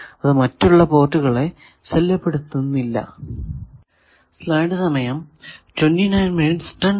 അത് മറ്റുള്ള പോർട്ടുകളെ ശല്യപ്പെടുത്തില്ല